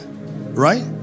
right